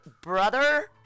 brother